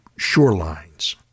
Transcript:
Shorelines